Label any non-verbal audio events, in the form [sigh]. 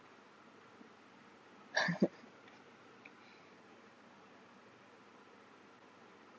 [laughs]